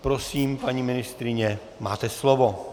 Prosím, paní ministryně, máte slovo.